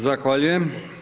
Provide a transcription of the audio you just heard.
Zahvaljujem.